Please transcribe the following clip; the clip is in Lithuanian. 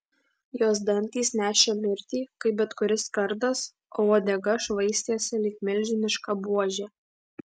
jos dantys nešė mirtį kaip bet kuris kardas o uodega švaistėsi lyg milžiniška buožė